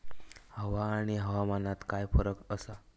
हवा आणि हवामानात काय फरक असा?